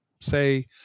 say